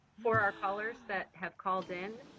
for our callers that have called in,